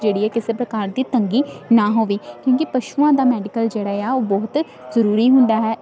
ਜਿਹੜੀ ਏ ਕਿਸੇ ਪ੍ਰਕਾਰ ਦੀ ਤੰਗੀ ਨਾ ਹੋਵੇ ਕਿਉਂਕਿ ਪਸ਼ੂਆਂ ਦਾ ਮੈਡੀਕਲ ਜਿਹੜਾ ਆ ਉਹ ਬਹੁਤ ਜ਼ਰੂਰੀ ਹੁੰਦਾ ਹੈ